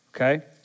Okay